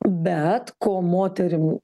bet ko moterim